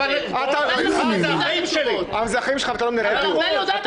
או חברי ועדת עבודה ורווחה בתקופה הרלבנטית בפרט,